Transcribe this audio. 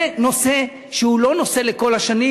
זה נושא שהוא לא לכל השנים,